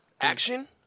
Action